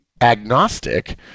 agnostic